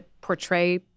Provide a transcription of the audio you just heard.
portray